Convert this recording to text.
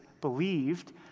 believed